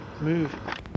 Move